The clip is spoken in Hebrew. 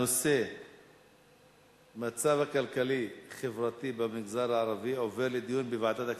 הנושא המצב הכלכלי-חברתי במגזר הערבי עובר לדיון בוועדת הכספים.